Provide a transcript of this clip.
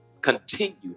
Continue